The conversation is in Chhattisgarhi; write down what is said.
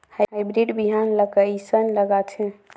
हाईब्रिड बिहान ला कइसन लगाथे?